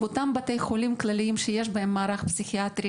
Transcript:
באותם בתי חולים כלליים שיש בהם מערך פסיכיאטרי